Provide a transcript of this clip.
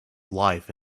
life